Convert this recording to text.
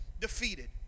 defeated